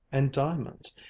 and diamonds,